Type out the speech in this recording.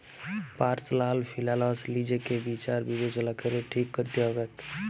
personal ফিলালস লিজেকে বিচার বিবেচলা ক্যরে ঠিক ক্যরতে হবেক